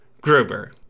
Gruber